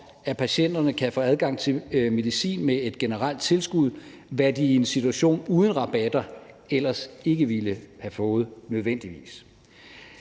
at patienterne kan få adgang til medicin med et generelt tilskud, hvad de i en situation uden rabatter ellers ikke nødvendigvis